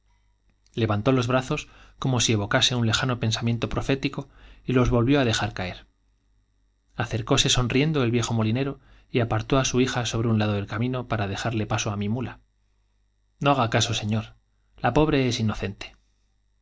levantó los brazos si como evocase un lejano pensamiento profético y los voivió á dejar caer acercóse sonriendo el viejo molinero y á apartó su hija sobre un lado del camino para dejarle paso á mi mula no haga caso señor j la inocente pobre es